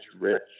rich